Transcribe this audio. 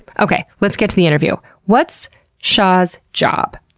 okay, let's get to the interview. what's shah's job?